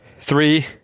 Three